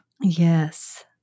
yes